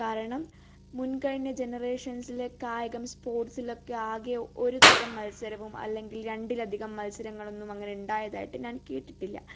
കാരണം മുൻക്കഴിഞ്ഞ ജനറേഷൻസില് കായികം സ്പോർട്സിലൊക്കെ ആകെ ഒരു തരം മത്സരവും അല്ലെങ്കിൽ രണ്ടിലധികം മത്സരങ്ങളൊന്നും അങ്ങിനെ ഉണ്ടായതായിട്ട് ഞാൻ കേട്ടിട്ടില്ല